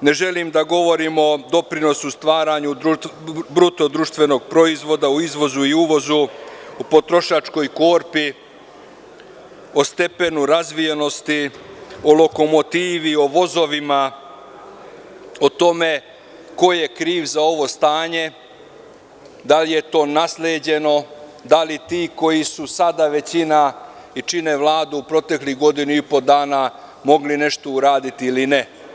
ne želim da govorim o stvaranju BDP, o izvozu i uvozu, o potrošačkoj korpi, o stepenu razvijenosti, o lokomotivi, vozovima, o tome ko je kriv za ovo stanje, da li je to nasleđeno, da li ti koji su sada većina i čine Vladu, u proteklih godinu i po dana, mogli nešto uraditi ili ne.